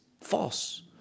false